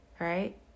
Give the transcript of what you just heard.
right